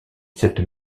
cette